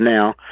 now